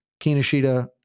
Kinoshita